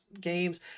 games